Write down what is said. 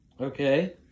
Okay